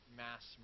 mass